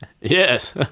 Yes